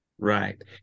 Right